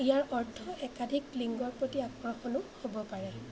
ইয়াৰ অৰ্থ একাধিক লিংগৰ প্ৰতি আকৰ্ষণো হ'ব পাৰে